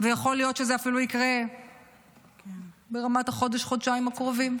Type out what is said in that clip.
ויכול להיות שזה אפילו יקרה ברמת החודש-חודשיים הקרובים.